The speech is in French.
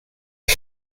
est